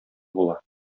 була